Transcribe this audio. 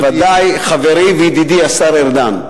חברי וידידי השר ארדן.